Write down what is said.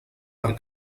per